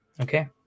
Okay